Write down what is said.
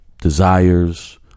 desires